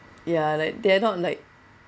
ya like they are not like